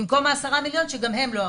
במקום ה-10 מיליון, שגם זה לא הרבה.